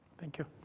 thank you.